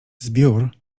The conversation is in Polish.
zbiór